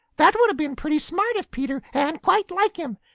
that would have been pretty smart of peter and quite like him.